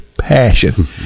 Passion